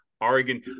Oregon